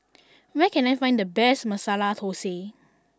where can I find the best Masala Thosai